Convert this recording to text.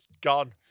gone